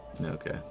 Okay